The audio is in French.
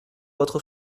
votre